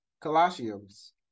Colossians